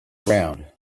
around